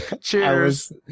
Cheers